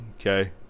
okay